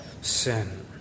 sin